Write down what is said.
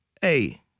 hey